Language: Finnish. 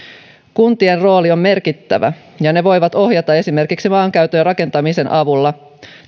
kuntien rooli on merkittävä ja ne voivat ohjata esimerkiksi maankäytön ja rakentamisen avulla